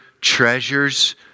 treasures